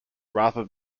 rather